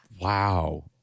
Wow